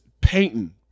painting